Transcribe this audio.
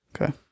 Okay